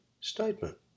statement